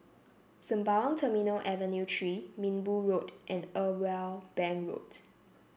Sembawang Terminal Avenue Three Minbu Road and Irwell Bank Road